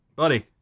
Buddy